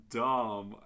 dumb